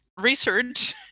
research